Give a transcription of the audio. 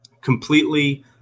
completely